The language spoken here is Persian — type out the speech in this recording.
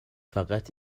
فقط